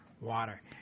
water